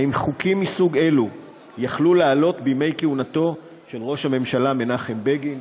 האם חוקים מסוג זה יכלו לעלות בימי כהונתו של ראש הממשלה מנחם בגין?